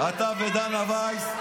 תתבייש לך.